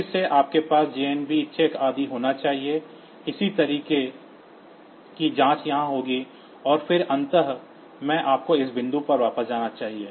फिर से आपके पास JNB चेक आदि होना चाहिए इसी तरह की जाँच यहाँ होगी और फिर अंत में आपको इस बिंदु पर वापस जाना चाहिए